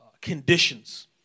conditions